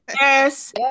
Yes